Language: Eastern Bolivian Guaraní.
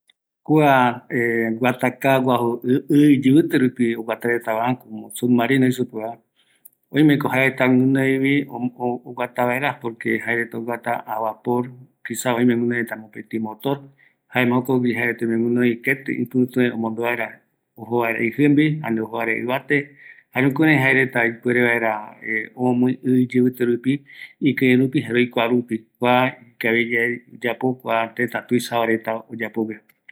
﻿Kua guataka guaju ɨ iyivɨte rupipivi oguata retareta, submarino jei supeva, oimeko jaereta guinoivi oguata vaera, porque jaereta oguata abapo rupi, esa oime guinoi mopeti motor jaema jokogui jaereta oime guinoi keti ipitue omombo vaera, ojo aera ijimbi ani ojo aera ivate, jare jukurai jaereta ipuere vaera omïi i iyivite rupi, ikirei rupi jare oikua rupi kua ikaviyae oyapo kua tëta tuisava reta oyapogue